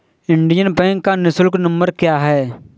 Indian Bank का निःशुल्क number क्या है?